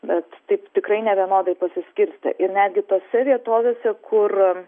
bet taip tikrai nevienodai pasiskirstę ir netgi tose vietovėse kur